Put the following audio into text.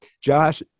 Josh